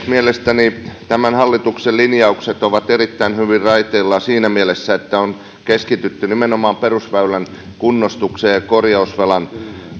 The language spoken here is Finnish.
mielestäni tämän hallituksen linjaukset ovat erittäin hyvin raiteilla siinä mielessä että on keskitytty nimenomaan perusväylän kunnostukseen ja korjausvelan